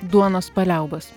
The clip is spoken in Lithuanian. duonos paliaubos